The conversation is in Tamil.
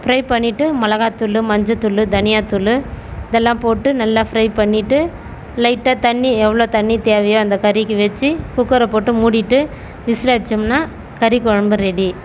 ஃப்ரை பண்ணிவிட்டு மிளகா தூள் மஞ்சள் தூள் தனியா தூள் இதெல்லாம் போட்டு நல்லா ஃப்ரை பண்ணிவிட்டு லைட்டாக தண்ணி எவ்வளோ தண்ணி தேவையோ அந்த கறிக்கு வச்சு குக்கரை போட்டு மூடிவிட்டு விசில் அடுச்சமுன்னால் கறி குழம்பு ரெடி